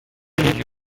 using